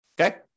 okay